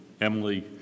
emily